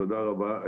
תודה רבה.